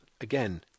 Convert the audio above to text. Again